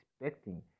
expecting